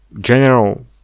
general